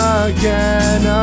again